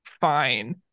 fine